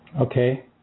Okay